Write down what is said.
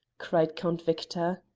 cried count victor.